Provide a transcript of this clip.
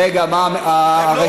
רגע, מה, הם לא רוצים להצביע.